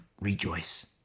rejoice